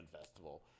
festival